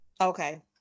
Okay